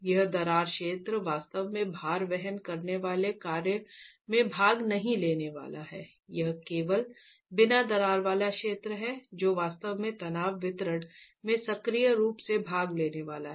यह दरार क्षेत्र वास्तव में भार वहन करने वाले कार्य में भाग नहीं लेने वाला है यह केवल बिना दरार वाला क्षेत्र है जो वास्तव में तनाव वितरण में सक्रिय रूप से भाग लेने वाला है